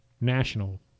national